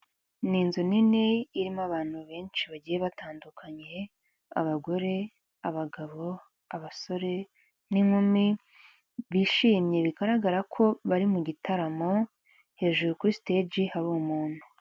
Ni inzu nini irimo abantu benshi bagiye batandukanyiye abagore, abagabo n'abasore n'inkumi bishimye bigaragara ko bari mu gitaramo hejuru kuri stage hari umuntu .